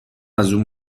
ازاون